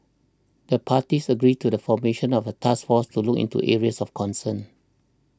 the parties agreed to the formation of a task force to look into areas of concern